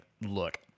look